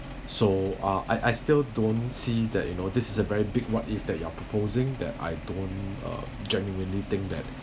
so uh I I still don't see that you know this is a very big what if that you are proposing that I don't uh genuinely think that